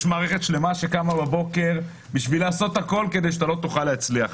יש מערכת שלמה שקמה בבוקר בשביל לעשות הכול כדי שאתה לא תוכל להצליח.